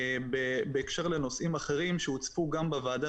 בהקשר לנושאים אחרים שהוצפו גם בוועדה